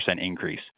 increase